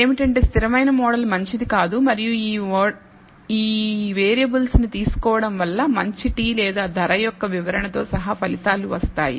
ఏమిటంటే స్థిరమైన మోడల్ మంచిది కాదు మరియు ఈ వేరియబుల్స్ నీ తీసుకోవడం వల్ల మంచి t లేదా ధర యొక్క వివరణ తో సహా ఫలితాలు వస్తాయి